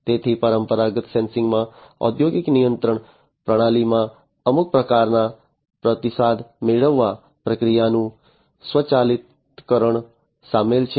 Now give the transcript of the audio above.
તેથી પરંપરાગત સેન્સિંગમાં ઔદ્યોગિક નિયંત્રણ પ્રણાલીમાં અમુક પ્રકારના પ્રતિસાદ મેળવવા પ્રક્રિયાનું સ્વચાલિતકરણ સામેલ છે